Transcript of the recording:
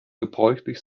gebräuchlich